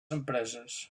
empreses